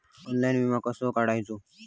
Online विमो कसो काढायचो?